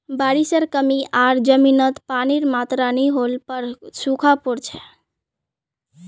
बारिशेर कमी आर जमीनत पानीर मात्रा नई होल पर सूखा पोर छेक